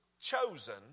chosen